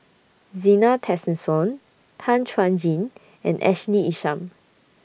Zena Tessensohn Tan Chuan Jin and Ashley Isham